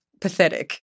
pathetic